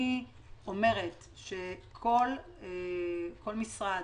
אני אומרת שכל משרד,